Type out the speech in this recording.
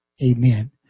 Amen